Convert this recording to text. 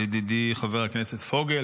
לידידי חבר הכנסת פוגל,